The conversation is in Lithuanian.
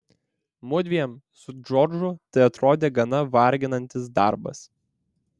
mudviem su džordžu tai atrodė gana varginantis darbas